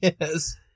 Yes